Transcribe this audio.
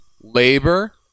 labor